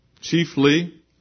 Chiefly